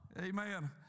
Amen